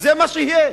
וזה מה שיהיה.